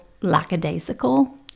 lackadaisical